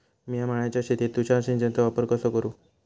मिया माळ्याच्या शेतीत तुषार सिंचनचो वापर कसो करू?